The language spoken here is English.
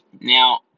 Now